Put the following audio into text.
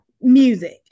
music